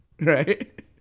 Right